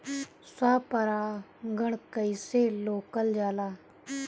स्व परागण कइसे रोकल जाला?